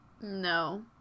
No